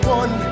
one